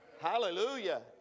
Hallelujah